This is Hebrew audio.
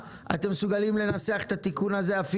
אתם מסוגלים לנסח את התיקון הזה עכשיו,